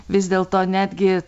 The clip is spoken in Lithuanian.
vis dėlto netgi